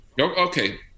Okay